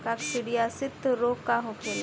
काकसिडियासित रोग का होखेला?